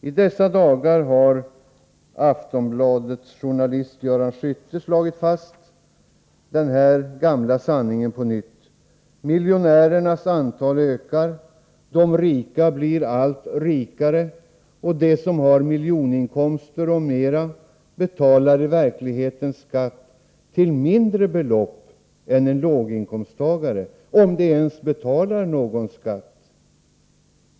I dessa dagar har Aftonbladets journalist Göran Skytte på nytt slagit fast den gamla sanningen: miljonärernas antal ökar, de rika blir allt rikare, och de som har miljoninkomster och mera betalar i verkligheten skatt till mindre belopp än en låginkomsttagare — om de ens betalar någon skatt alls.